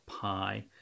pi